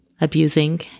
abusing